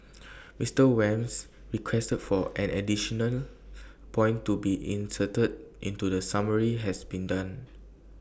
Mister Wham's request for an additional point to be inserted into the summary has been done